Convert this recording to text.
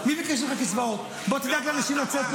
הקצבאות זה חסם.